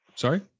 Sorry